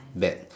bad